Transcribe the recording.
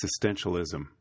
existentialism